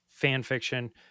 fanfiction